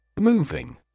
Moving